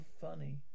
funny